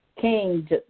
King